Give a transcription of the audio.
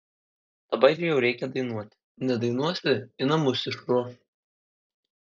dabar jau reikia dainuoti nedainuosi į namus išruoš